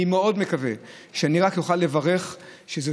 אני שמח להגיד שנעשו שם שינויים.